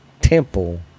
temple